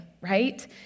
right